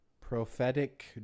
prophetic